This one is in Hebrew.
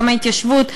גם ההתיישבות,